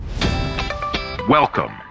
Welcome